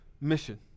mission